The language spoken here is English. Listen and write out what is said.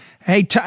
Hey